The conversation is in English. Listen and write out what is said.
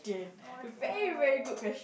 oh no